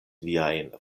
viajn